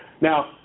Now